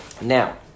Now